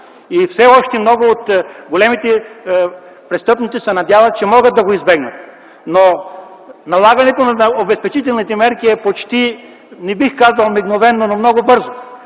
и все още много от големите престъпници се надяват, че могат да го избегнат. Налагането на обезпечителните мерки е почти, не бих казал мигновено, но много бързо,